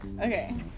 Okay